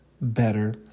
better